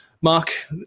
Mark